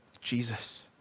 Jesus